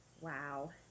Wow